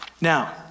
Now